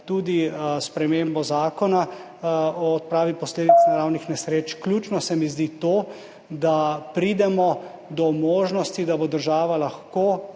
tudi spremembo Zakona o odpravi posledic naravnih nesreč. Ključno se mi zdi to, da pridemo do možnosti, da bo država lahko